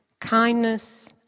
Kindness